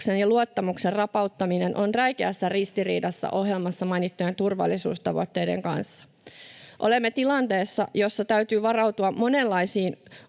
ja luottamuksen rapauttaminen on räikeässä ristiriidassa ohjelmassa mainittujen turvallisuustavoitteiden kanssa. Olemme tilanteessa, jossa täytyy varautua monenlaisiin,